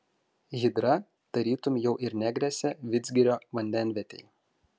hidra tarytum jau ir negresia vidzgirio vandenvietei